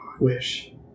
Wish